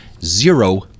zero